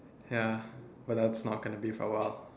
ya but that's not gonna be for awhile